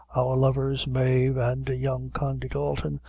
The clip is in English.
our lovers, mave and young condy dalton,